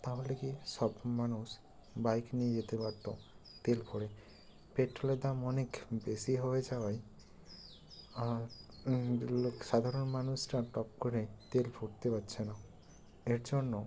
তা হলে কি সব মানুষ বাইক নিয়ে যেতে পারত তেল ভরে পেট্রলের দাম অনেক বেশি হয়ে যাওয়ায় লোক সাধারণ মানুষরা টপ করে তেল ভরতে পারছে না এর জন্য